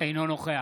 אינו נוכח